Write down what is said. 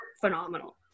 phenomenal